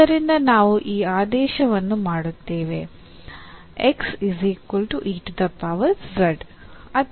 ಆದ್ದರಿಂದ ನಾವು ಈ ಆದೇಶವನ್ನು ಮಾಡುತ್ತೇವೆ